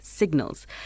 signals